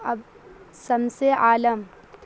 اب سمس عالم